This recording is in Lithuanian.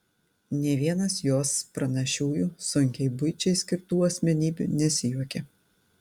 nė vienas jos pranašiųjų sunkiai buičiai skirtų asmenybių nesijuokia